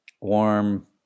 warm